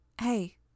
Hey